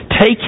Take